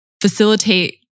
facilitate